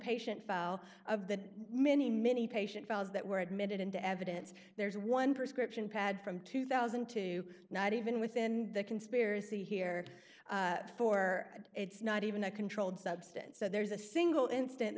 patient file of the many many patient files that were admitted into evidence there's one prescription pad from two thousand and two not even within the conspiracy here four but it's not even a controlled substance so there's a single instant